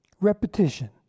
repetition